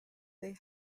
they